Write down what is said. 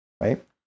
right